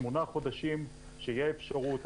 שמונה חודשים שיהיה אפשרות.